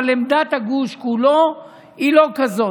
אבל עמדת הגוש כולו היא לא כזאת.